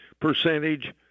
percentage